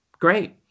great